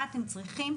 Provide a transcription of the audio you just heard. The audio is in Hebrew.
מה אתם צריכים.